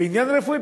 ובעניין רפואי,